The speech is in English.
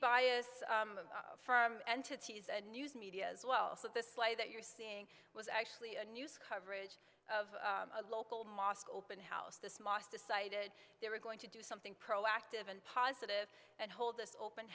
bias from entities and news media as well so this lie that you're seeing was actually a news coverage of a local mosque open house this mosque decided they were going to do something proactive and positive and hold this open